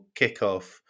kickoff